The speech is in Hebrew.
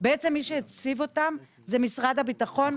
שעלה פה: מי שהציב אותן הוא משרד הביטחון.